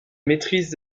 maîtrise